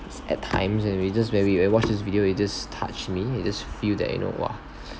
at times we just weary watch his video it just touch me it just feel that you know !wah!